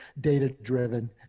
data-driven